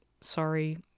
sorry